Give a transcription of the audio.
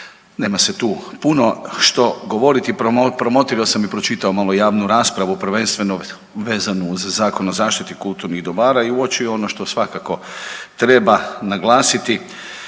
Nema se tu puno što govoriti, promotrio sam i pročitao malo javnu raspravu prvenstveno vezanu uz Zakon o zaštiti kulturnih dobara i uočio ono što svakako treba naglasiti.